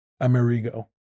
Amerigo